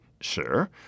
sure